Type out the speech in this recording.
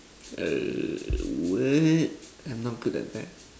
err what I'm not good at that